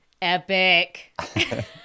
Epic